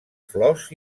flors